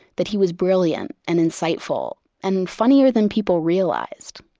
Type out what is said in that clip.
that he was brilliant and insightful and funnier than people realized,